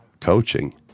coaching